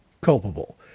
culpable